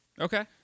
Okay